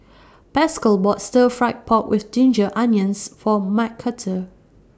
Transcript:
Pascal bought Stir Fry Pork with Ginger Onions For Mcarthur